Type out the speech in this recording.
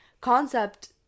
concept